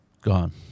gone